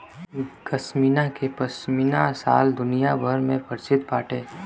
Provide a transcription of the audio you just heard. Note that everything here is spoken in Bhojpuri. कश्मीर के पश्मीना शाल दुनिया भर में प्रसिद्ध बाटे